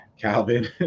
Calvin